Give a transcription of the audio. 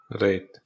Right